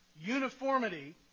uniformity